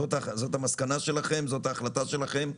זו ההחלטה שלכם?